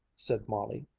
said molly.